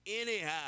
Anyhow